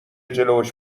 جلوش